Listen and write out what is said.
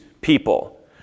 people